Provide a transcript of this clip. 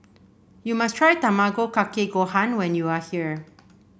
you must try Tamago Kake Gohan when you are here